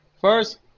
first